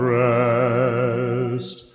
rest